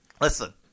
Listen